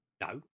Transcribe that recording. no